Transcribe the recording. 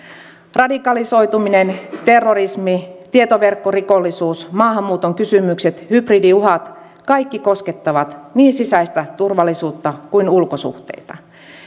radikalisoituminen terrorismi tietoverkkorikollisuus maahanmuuton kysymykset hybridiuhat kaikki koskettavat niin sisäistä turvallisuutta kuin ulkosuhteita